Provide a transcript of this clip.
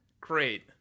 Great